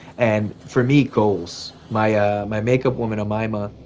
and for me goals, my ah my makeup woman, amima,